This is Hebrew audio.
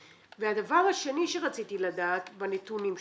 שני רציתי לדעת בנתונים שלך,